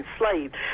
enslaved